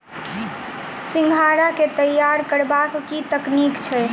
सिंघाड़ा केँ तैयार करबाक की तकनीक छैक?